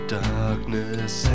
darkness